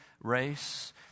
race